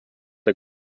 der